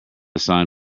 sign